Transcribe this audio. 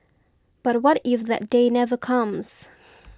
but what if that day never comes